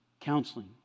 counseling